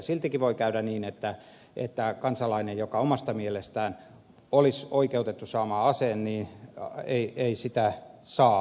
siltikin voi käydä niin että kansalainen joka omasta mielestään olisi oikeutettu saamaan aseen ei sitä saa